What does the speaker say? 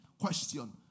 Question